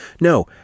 No